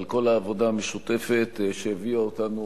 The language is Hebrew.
על כל העבודה המשותפת שהביאה אותנו,